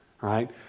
Right